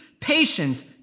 patience